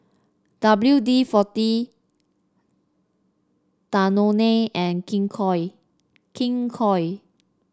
W D forty Danone and King Koil King Koil